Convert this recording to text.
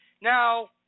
Now